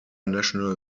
national